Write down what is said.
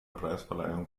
preisverleihung